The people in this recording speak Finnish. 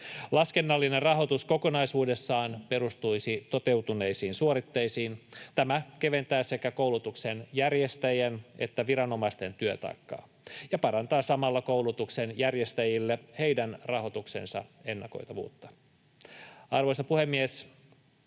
Laskennallinen rahoitus kokonaisuudessaan perustuisi toteutuneisiin suoritteisiin. Tämä keventää sekä koulutuksen järjestäjien että viranomaisten työtaakkaa ja parantaa samalla koulutuksen järjestäjille heidän rahoituksensa ennakoitavuutta. Arvoisa puhemies,